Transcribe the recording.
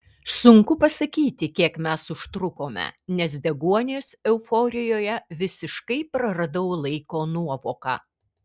sunku pasakyti kiek mes užtrukome nes deguonies euforijoje visiškai praradau laiko nuovoką